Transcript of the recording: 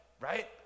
right